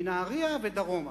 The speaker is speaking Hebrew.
מנהרייה, דרומה.